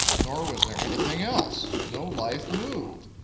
nor was there anything else. no life moved.